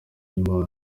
imana